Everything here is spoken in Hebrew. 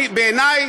בעיני,